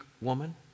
woman